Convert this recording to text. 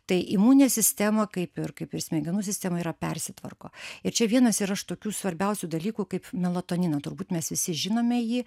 tai imuninė sistema kaip ir kaip ir smegenų sistema yra persitvarko ir čia vienas yra iš tokių svarbiausių dalykų kaip melatoniną turbūt mes visi žinome jį